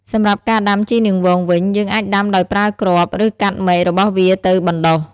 សំរាប់ការដំាជីរនាងវងវិញ យើងអាចដាំដោយប្រើគ្រាប់ ឬកាត់មែករបស់វាទៅបណ្ដុះ។